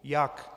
Jak?